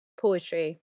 poetry